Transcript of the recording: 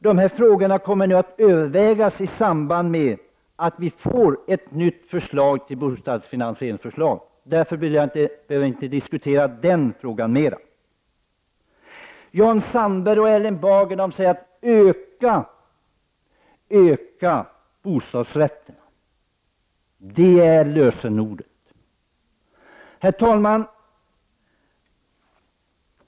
Dessa frågor kommer att övervägas i samband med att det läggs ett nytt förslag till bostadsfinansiering. Därför behöver vi inte diskutera den frågan mer nu. Jan Sandberg och Erling Bager vill att antalet bostadsrätter skall öka — det är lösenordet.